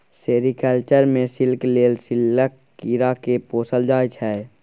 sericulture मे silk लेल सिल्कक कीरा केँ पोसल जाइ छै